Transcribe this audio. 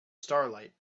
starlight